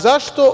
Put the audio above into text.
Zašto?